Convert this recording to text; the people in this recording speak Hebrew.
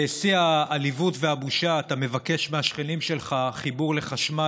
בשיא העליבות והבושה אתה מבקש מהשכנים שלך חיבור לחשמל